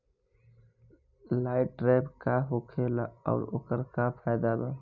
Light trap का होखेला आउर ओकर का फाइदा बा?